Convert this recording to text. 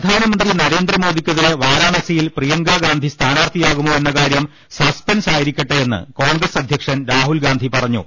പ്രധാനമന്ത്രി നരേന്ദ്രമോദിക്കെതിരെ വരാണസിയിൽ പ്രിയ ങ്കാഗാന്ധി സ്ഥാനാർത്ഥിയാകുമോ എന്ന കാര്യം സസ്പെൻസാ യിരിക്കട്ടെയെന്ന് കോൺഗ്രസ് അധ്യക്ഷൻ രാഹുൽഗാന്ധി പറ ഞ്ഞു